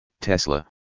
Tesla